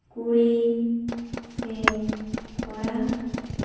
ᱠᱩᱲᱤ ᱥᱮ ᱠᱚᱲᱟ